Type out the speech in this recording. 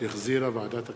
שהחזירה ועדת הכלכלה.